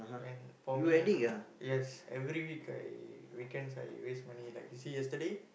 when for me ah yes every week I weekends I waste money like you see yesterday